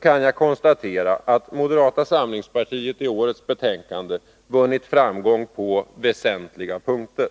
kan jag konstatera att moderata samlingspartiet i årets betänkande vunnit framgång på väsentliga punkter.